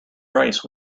rice